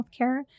healthcare